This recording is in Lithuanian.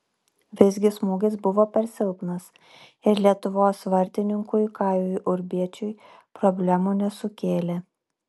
visgi smūgis buvo per silpnas ir lietuvos vartininkui kajui urbiečiui problemų nesukėlė